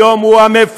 היום הוא המפלג,